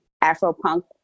Afro-punk